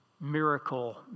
Miracle